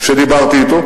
שדיברתי אתו.